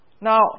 Now